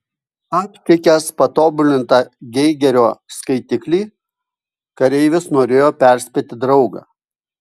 aptikęs patobulintą geigerio skaitiklį kareivis norėjo perspėti draugą